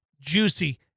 juicy